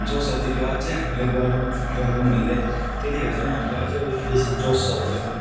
जोस आउँथ्यो कि अझै हामीले गरौँ गरौँ भन्दै त्यतिखेर चाहिँ हामीलाई अझ उयो बेसी जोस आउँथ्यो